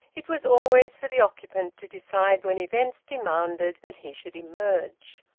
it was always for the occupant to decide when events demanded that he should emerge.